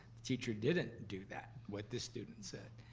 teacher didn't do that, what the student said.